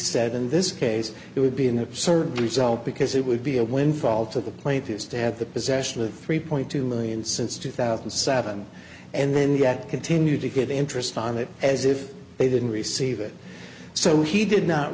said in this case it would be in a certain result because it would be a windfall to the plate is to have the possession of three point two million since two thousand and seven and then yet continue to get interest on it as if they didn't receive it so he did not